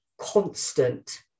constant